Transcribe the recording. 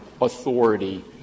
authority